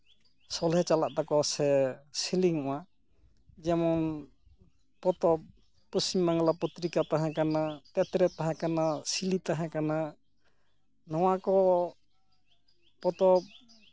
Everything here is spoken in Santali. ᱥᱚᱞᱦᱮ ᱪᱟᱞᱟᱜ ᱛᱟᱠᱚᱣᱟ ᱥᱮ ᱥᱤᱞᱤᱝᱚᱜᱼᱟ ᱡᱮᱢᱚᱱ ᱯᱚᱛᱚᱵ ᱯᱚᱥᱪᱤᱢ ᱵᱟᱝᱞᱟ ᱯᱚᱛᱨᱤᱠᱟ ᱛᱟᱦᱮᱠᱟᱱᱟ ᱛᱮᱛᱨᱮ ᱛᱟᱦᱮᱠᱟᱱᱟ ᱥᱤᱞᱤ ᱛᱟᱦᱮᱠᱟᱱᱟ ᱱᱚᱣᱟ ᱠᱚ ᱯᱚᱛᱚᱵ